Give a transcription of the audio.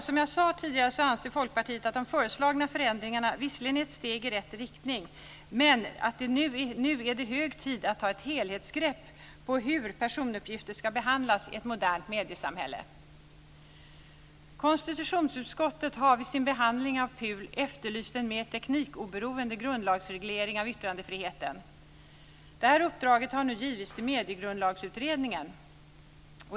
Som jag sade tidigare anser Folkpartiet att de föreslagna förändringarna visserligen är ett steg i rätt riktning, men att det nu är hög tid att ta ett helhetsgrepp på hur personuppgifter ska behandlas i ett modernt mediesamhälle. Konstitutionsutskottet har vid sin behandling av PUL efterlyst en mer teknikoberoende grundlagsreglering av yttrandefriheten. Detta uppdrag har nu givits till Mediegrundlagsutredningen.